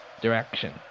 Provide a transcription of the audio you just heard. direction